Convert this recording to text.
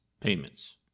Payments